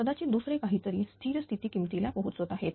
कदाचित दुसरे काहीतरी स्थिर स्थिती किमतीला पोहोचत आहेत